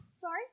sorry